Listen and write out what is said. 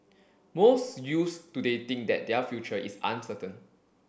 most youths today think that their future is uncertain